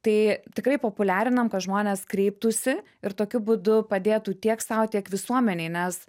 tai tikrai populiarinam kad žmonės kreiptųsi ir tokiu būdu padėtų tiek sau tiek visuomenei nes